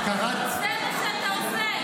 איזה הטבות רגולטוריות?